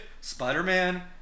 Spider-Man